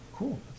Cool